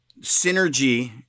synergy